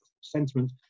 sentiment